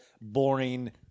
boring